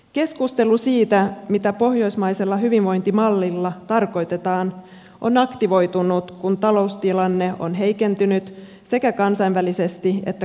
keskustelu siitä mitä pohjoismaisella hyvinvointimallilla tarkoitetaan on aktivoitunut kun taloustilanne on heikentynyt sekä kansainvälisesti että kansallisesti